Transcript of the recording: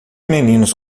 meninos